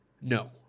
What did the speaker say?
No